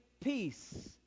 peace